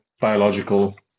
biological